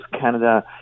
Canada